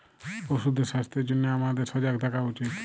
পশুদের স্বাস্থ্যের জনহে হামাদের সজাগ থাকা উচিত